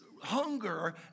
hunger